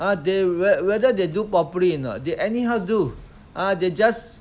!huh! they whe~ whether they do properly or not they anyhow do !huh! they just